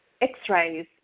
x-rays